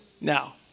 Now